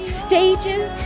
stages